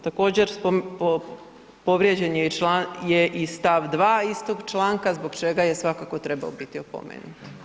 Također povrijeđen je i st. 2. istog članka zbog čega je svakako trebao biti opomenut.